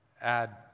add